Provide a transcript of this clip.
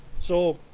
so